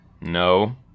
No